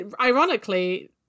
Ironically